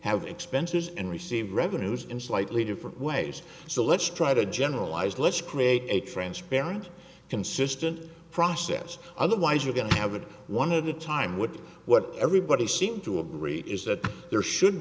have expenses and received revenues in slightly different ways so let's try to generalize let's create a transparent consistent process otherwise you're going to have a one of the time with what everybody seems to agree is that there should